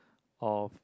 of